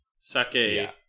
Sake